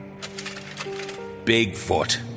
Bigfoot